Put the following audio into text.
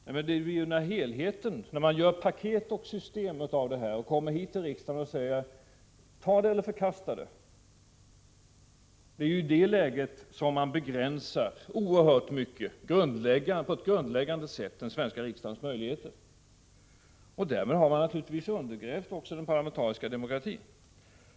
Det är i det läget när man gör paket och system av förslagen och kommer hit till riksdagen och säger, ta det eller förkasta det, som man på ett grundläggande sätt begränsar den svenska riksdagens möjligheter oerhört mycket. Därmed har man naturligtvis också undergrävt den parlamentariska demokratin.